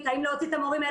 1,900 זה קווים כאלה